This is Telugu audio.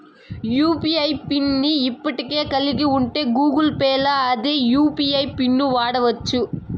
యూ.పీ.ఐ పిన్ ని ఇప్పటికే కలిగుంటే గూగుల్ పేల్ల అదే యూ.పి.ఐ పిన్ను వాడచ్చు